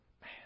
man